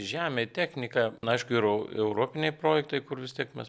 žemė technika na aišku ir eu europiniai projektai kur vis tiek mes